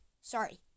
sorry